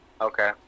Okay